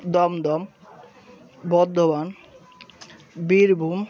Dumdum Bardhaman Birbhum